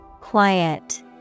Quiet